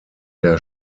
der